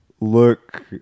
look